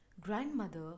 Grandmother